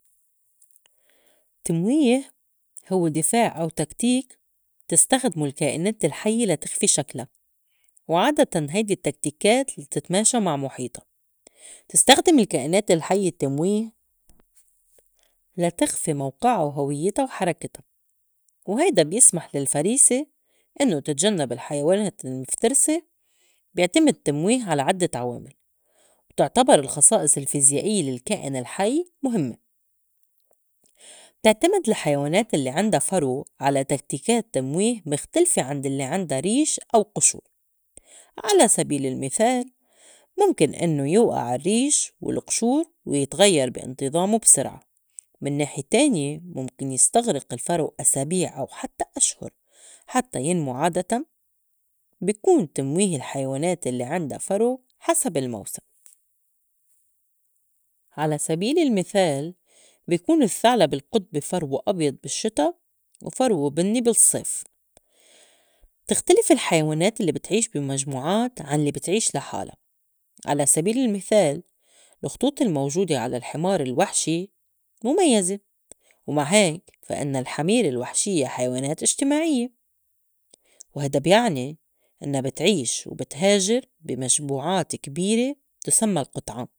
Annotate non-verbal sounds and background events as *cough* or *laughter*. التمويه هوّ دِفاع أو تكتيك بتستخدمو الكائنات الحيّة لا تخفي شكلا، وعادتاً هيدي التكتيكات لتتماشى مع مُحيطا. بتستخدم الكائنات الحيّة التمويه لتخفي موقعا وهويّتا وحركِتا وهيدا بيسمح للفريسة إنّو تتجنّب الحيوانات المِفترسة. بيعتمد التّمويه على عدّة عوامل، وتُعتبر الخصائص الفيزيائيّة للكائن الحي مُهِمّة. بتعتمد الحيوانات الّي عندا فرو على تكتيكات تمويه مختلفة عند الّي عندا ريش أو قشور على سبيل المثال مُمكن إنّو يوئع الرّيش والقشور ويتغيّر بي إنتظامو بسرعة، من نّاحية تانية مُمكن يستغرق الفرو أسابيع أو حتّى أشهُر حتّى ينمو، عادتاً بي كون تمويه الحيوانات الّي عِندا فرو حسب الموسم، *noise* على سبيل المثال بي كون الثّعلب القٌطبي فرو أبيض بالشّتا وفرو بنّي بالصّيف. بتختلف الحيوانات الّي بتعيش بي مجموعات عن الّي بتعيش لحالا، على سبيل المثال لخطوط الموجودة على الحمار الوحشي مميّزة ومع هيك فإنّ الحمير الوحشيّة حيوانات إجتماعية وهيدا بيعني إنّا بتعيش وبتهاجر بي مجموعات كبيرة تُسمّى القطعان.